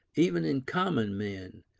even in common men,